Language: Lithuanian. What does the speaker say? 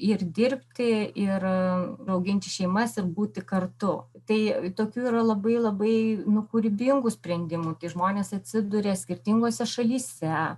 ir dirbti ir auginti šeimas ir būti kartu tai tokių yra labai labai nu kūrybingų sprendimų tie žmonės atsiduria skirtingose šalyse